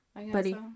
buddy